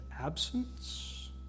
absence